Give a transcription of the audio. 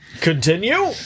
Continue